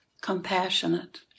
compassionate